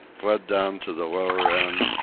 flew down to the lower end,